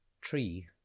Tree